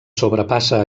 sobrepassa